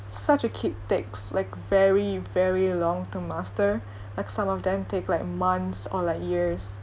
such a kick takes like very very long to master like some of them take like months or like years